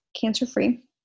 cancer-free